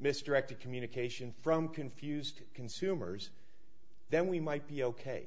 misdirected communication from confused consumers then we might be ok